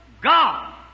God